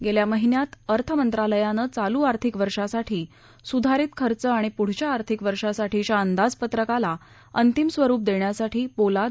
गेल्या महिन्यात अर्थ मंत्रालयानं चालू आर्थिक वर्षासाठी सुधारित खर्च आणि पुढच्या आर्थिक वर्षासाठीच्या अंदाजपत्रकाला अंतिम स्वरूप देण्यासाठी पोलाद